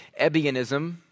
Ebionism